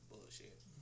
Bullshit